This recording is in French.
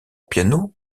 piano